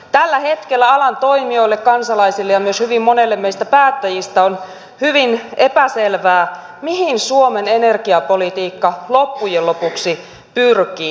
tällä hetkellä alan toimijoille kansalaisille ja myös hyvin monelle meistä päättäjistä on hyvin epäselvää mihin suomen energiapolitiikka loppujen lopuksi pyrkii